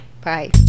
bye